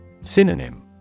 Synonym